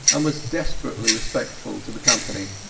and was desperately respectful to the company.